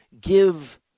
Give